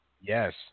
Yes